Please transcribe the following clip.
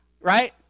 right